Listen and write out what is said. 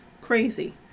crazy